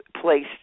placed